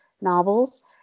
novels